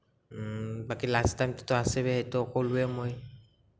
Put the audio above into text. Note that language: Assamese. বাকী লাঞ্চ টাইমটো আছেই সেইটো ক'লোৱেই মই